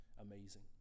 amazing